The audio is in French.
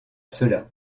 cela